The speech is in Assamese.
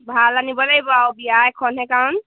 ভাল আনিব লাগিব আৰু বিয়া এখনহে কাৰণ